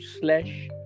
slash